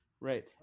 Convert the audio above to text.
Right